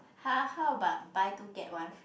how how about buy two get one free